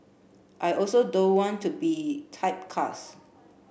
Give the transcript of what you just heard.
I also don't want to be typecast